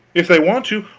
if they want to,